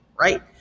right